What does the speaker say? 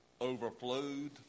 overflowed